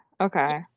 Okay